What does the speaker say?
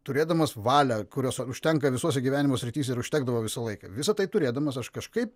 turėdamas valią kurios užtenka visose gyvenimo srityse ir užtekdavo visą laiką visa tai turėdamas aš kažkaip